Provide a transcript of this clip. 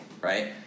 right